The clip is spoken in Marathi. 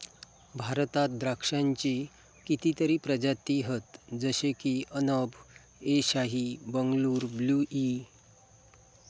भारतात द्राक्षांची कितीतरी प्रजाती हत जशे की अनब ए शाही, बंगलूर ब्लू ई